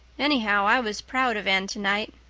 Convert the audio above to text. anyhow, i was proud of anne tonight,